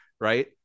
Right